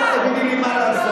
אל תגידי לי מה לעשות.